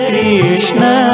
Krishna